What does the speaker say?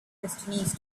destinies